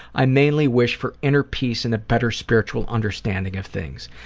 i mainly wish for inner peace and a better spiritual understanding of things,